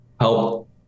help